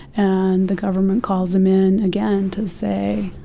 and the government calls them in again to say,